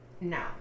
No